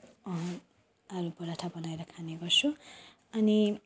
आलुपराठा बनाएर खानेगर्छु अनि